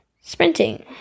Sprinting